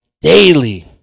daily